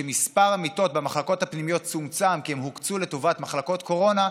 כשמספר המיטות במחלקות הפנימיות צומצם כי הן הוקצו לטובת מחלקות קורונה,